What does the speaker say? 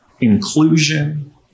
inclusion